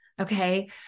okay